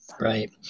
Right